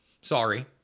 Sorry